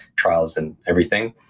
trials and everything.